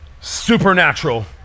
Supernatural